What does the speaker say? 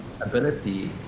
Ability